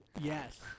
Yes